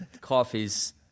coffee's